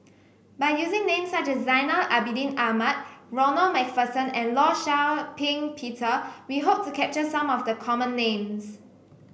by using names such as Zainal Abidin Ahmad Ronald MacPherson and Law Shau Ping Peter we hope to capture some of the common names